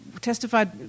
testified